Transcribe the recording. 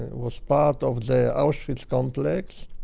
was part of the auschwitz complex